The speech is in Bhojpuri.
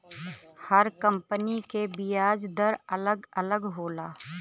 हर कम्पनी के बियाज दर अलग अलग होला